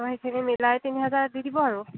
অঁ সেইখিনি মিলাই তিনি হাজাৰ দি দিব আৰু